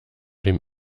dem